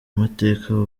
mateka